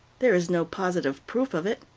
there is no positive proof of it.